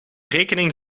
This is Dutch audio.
rekening